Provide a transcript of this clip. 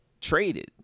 traded